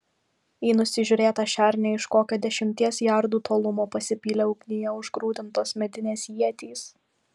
į nusižiūrėtą šernę iš kokio dešimties jardų tolumo pasipylė ugnyje užgrūdintos medinės ietys